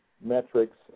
metrics